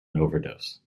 overdose